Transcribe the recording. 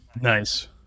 Nice